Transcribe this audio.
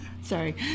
sorry